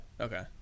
Okay